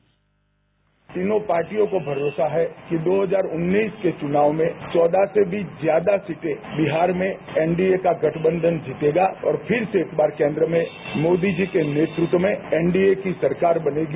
bite Amit Shah तीनों पार्टियों को भरोसा है कि दो हजार उन्नीस के चुनाव में चौदह से भी ज्यादा सीटें बिहार में एनडीए का गठबंधन जीतेगा और फिर से एक बार केंद्र में मोदी जी के नेतृत्व में एनडीए की सरकार बनेगी